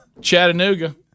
Chattanooga